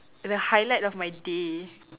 the highlight of my day